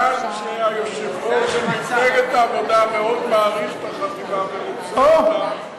בגלל שהיושב-ראש של מפלגת העבודה מאוד מעריך את החטיבה ורוצה אותה,